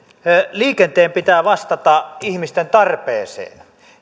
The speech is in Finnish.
liikenteen pitää vastata ihmisten tarpeeseen